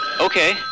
Okay